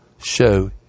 show